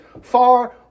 far